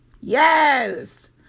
Yes